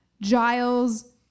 Giles